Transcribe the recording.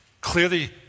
clearly